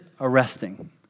arresting